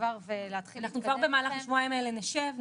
כבר במהלך השבועיים האלה נשב,